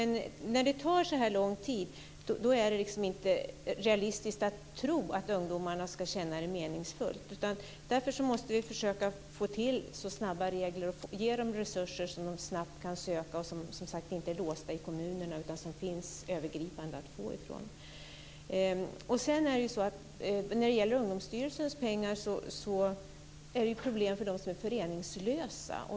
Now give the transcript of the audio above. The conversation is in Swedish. När det tar så här lång tid är det inte realistiskt att tro att ungdomarna ska känna att det är meningsfullt. Därför måste vi försöka få till stånd regler som gör att de snabbt kan söka resurser och att vi ger dem sådana som, som sagt, inte är låsta i kommunerna utan som finns övergripande att få. När det gäller att få del av Ungdomsstyrelsens pengar är det problem för dem som är föreningslösa.